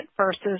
versus